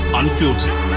unfiltered